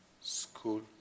school